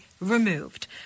removed